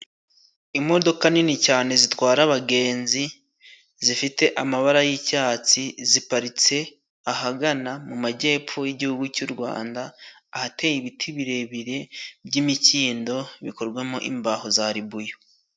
Imodoka nini cyane zitwara abagenzi, zifite amabara y'icyatsi. Ziparitse ahagana mu majyepfo y'igihugu cy'u Rwanda ahateye ibiti birebire by'imikindo, bikorwamo imbaho za ribuyu.